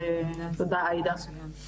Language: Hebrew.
תודה עאידה.